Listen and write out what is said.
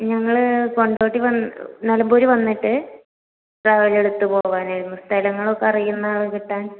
ഞങ്ങൾ കൊണ്ടോട്ടി വന്ന് നിലമ്പൂർ വന്നിട്ട് ട്രാവലർ എടുത്ത് പോവാനായിരുന്നു സ്ഥലങ്ങളൊക്കെ അറിയുന്ന ആളെ കിട്ടാൻ